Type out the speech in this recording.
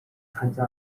参加